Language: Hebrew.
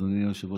אדוני היושב-ראש,